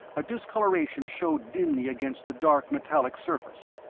a discoloration showed dimly against the dark metallic surface.